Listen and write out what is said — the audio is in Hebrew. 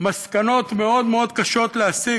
מסקנות מאוד מאוד קשות להסיק,